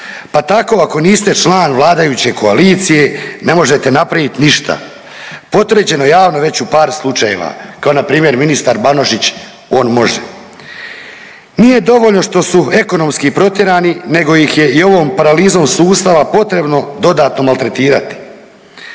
pa tako ako niste član vladajuće koalicije ne možete napravit ništa, potvrđeno javno već u par slučajeva, kao npr. ministar Banožić on može. Nije dovoljno što su ekonomski protjerani, nego ih je i ovom paralizom sustava potrebno dodatno maltretirati.